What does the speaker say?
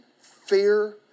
fear